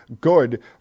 good